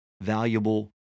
valuable